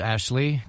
Ashley